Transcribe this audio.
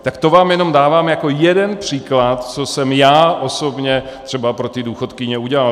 Tak to vám jenom dávám jako jeden příklad, co jsem já osobně třeba pro ty důchodkyně udělal.